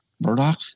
Murdoch